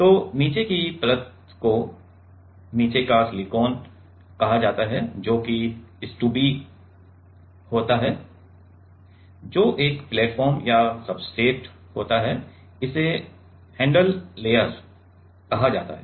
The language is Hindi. तो नीचे की परत को नीचे का सिलिकॉन कहा जाता है जो कि स्टुब्बी होता है जो एक प्लेटफॉर्म या सब्सट्रेट होता है इसे हैंडल लेयर कहा जाता है